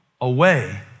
away